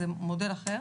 זה מודל אחר.